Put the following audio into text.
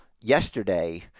yesterday